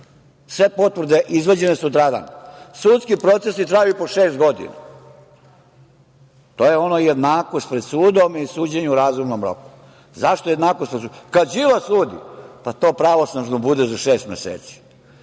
sve potvrde izvađene sutradan, sudski procesi traju po šest godina. To je ono jednakost pred sudom i suđenje u razumnom roku. Zašto jednakost? Kad Đilas sudi, pa to pravosnažno bude za šest meseci.